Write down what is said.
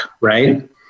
right